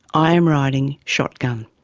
i am riding shotgun.